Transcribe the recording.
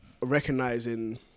recognizing